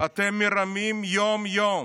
אתם מרמים יום-יום,